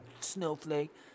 snowflake